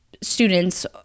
students